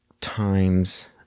times